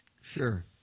Sure